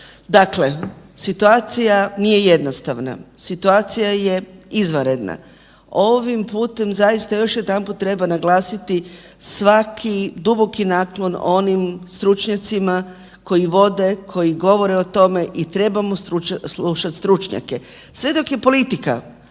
Dakle situacija nije jednostavna, situacija je izvanredna, ovim putem zaista još jedanput treba naglasiti svaki duboki naklon onim stručnjacima koji vode, koji govore o tome i trebamo slušati stručnjake. Sve dok je politika